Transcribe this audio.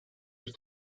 bir